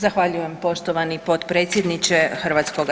Zahvaljujem poštovani potpredsjedniče HS.